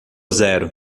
zero